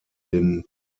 den